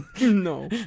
No